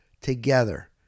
together